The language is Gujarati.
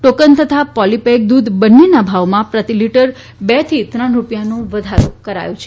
ટોકન તથા પોલીપેક દૂધ બંને ના ભાવમાં પ્રતિલિટર બે થી ત્રણ રુપિયાનો વધારો કરાયો છે